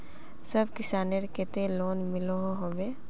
सब किसानेर केते लोन मिलोहो होबे?